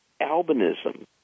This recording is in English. albinism